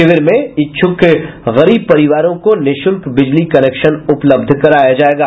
शिविर में इच्छुक गरीब परिवारों को निःशुल्क बिजली कनेक्शन उपलब्ध कराया जायेगा